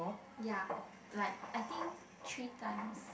ya like I think three times